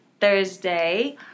Thursday